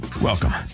Welcome